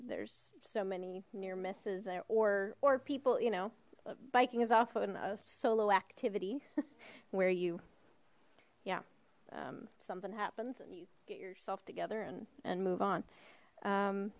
there's so many near misses or or people you know biking is often a solo activity where you yeah something happens and you get yourself together and and move on